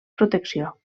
protecció